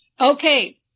okay